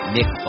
Nick